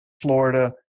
Florida